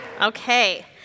Okay